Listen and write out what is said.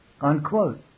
Unquote